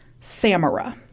Samara